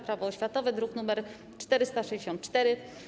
Prawo oświatowe, druk nr 464.